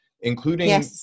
including